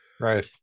Right